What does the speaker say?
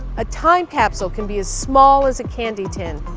a time capsule can be as small as a candy tin,